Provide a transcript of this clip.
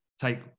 take